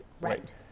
Right